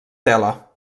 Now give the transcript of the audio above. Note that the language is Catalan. tela